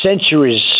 centuries